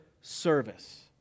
service